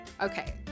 Okay